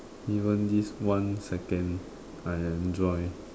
even this one second I enjoy